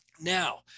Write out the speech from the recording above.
Now